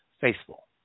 faithful